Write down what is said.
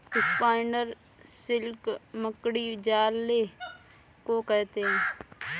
spider silk मकड़ी जाले को कहते हैं